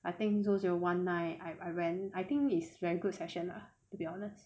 I think two zero one nine I went I think is very good session lah to be honest